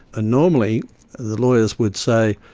ah normally the lawyers would say,